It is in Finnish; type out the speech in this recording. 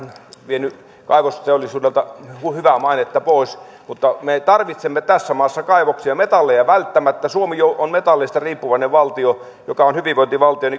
vienyt kaivosteollisuudelta hyvää mainetta pois me tarvitsemme tässä maassa kaivoksia ja metalleja välttämättä suomi on metalleista riippuvainen valtio joka on hyvinvointivaltio